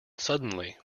suddenly